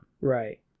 right